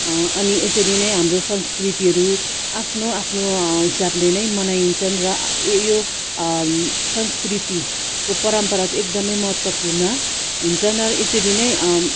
अनि यसरी नै हाम्रो संस्कृतिहरू आफ्नो आफ्नो हिसाबले नै मनाइन्छन् र यो यो संस्कृतिको परम्परा चै एकदमै महत्त्वपूर्ण हुन्छन् र यसरी नै